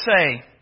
say